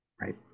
Right